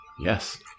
Yes